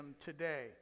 today